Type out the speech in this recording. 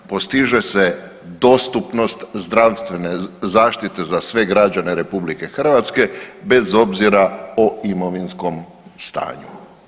Postiže se dostupnost zdravstvene zaštite za sve građane RH bez obzira o imovinskom stanju.